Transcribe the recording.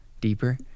deeper